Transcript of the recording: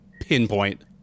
pinpoint